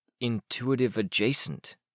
intuitive-adjacent